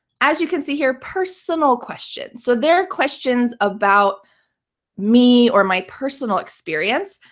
as you can see here, personal questions. so they're questions about me or my personal experience.